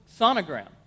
sonogram